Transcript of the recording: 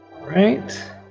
Right